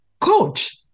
coach